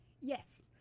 Yes